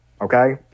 Okay